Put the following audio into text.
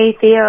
theo